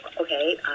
okay